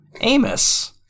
Amos